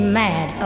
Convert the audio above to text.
mad